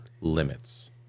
limits